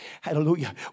Hallelujah